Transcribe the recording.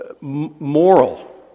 moral